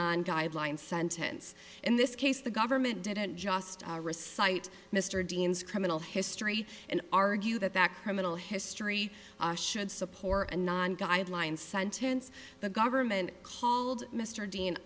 guideline sentence in this case the government didn't just recited mr dean's criminal history and argue that that criminal history should support a non guideline sentence the government called mr dean